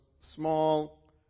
small